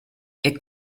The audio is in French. est